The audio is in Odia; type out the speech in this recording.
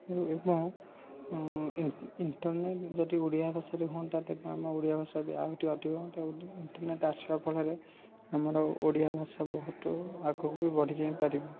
ଏବଂ ଇଣ୍ଟରନେଟ୍ ଯଦି ଓଡ଼ିଆ ଭାଷାରେ ହୁଅନ୍ତା ତେବେ ଆମର ଓଡ଼ିଆ ଭାଷା ବି ଆହୁରି ଇଣ୍ଟରନେଟ୍ ଆସିବା ଫଳରେ ଆମର ଓଡ଼ିଆ ଭାଷା ବହୁତ ଆଗକୁ ଆହୁରି ବଢ଼ି ଯାଇପାରିବ